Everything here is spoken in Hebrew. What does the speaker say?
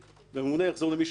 והוא יחזור למי שהוא צריך לחזור,